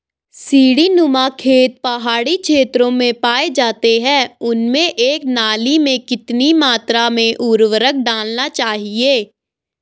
सीड़ी नुमा खेत पहाड़ी क्षेत्रों में पाए जाते हैं उनमें एक नाली में कितनी मात्रा में उर्वरक डालना चाहिए?